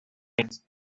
keynes